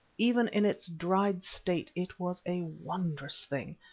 even in its dried state it was a wondrous thing,